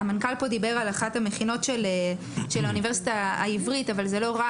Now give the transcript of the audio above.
המנכ"ל דיבר פה על אחת המכינות של האוניברסיטה העברית אבל לא רק זו,